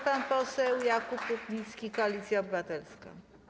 Pan poseł Jakub Rutnicki, Koalicja Obywatelska.